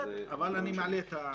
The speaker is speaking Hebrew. בסדר, אבל אני מעלה את זה.